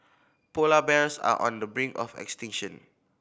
polar bears are on the brink of extinction